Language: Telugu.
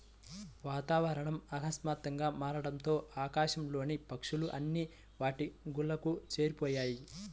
వాతావరణం ఆకస్మాతుగ్గా మారడంతో ఆకాశం లోని పక్షులు అన్ని వాటి గూళ్లకు చేరిపొయ్యాయి